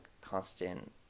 constant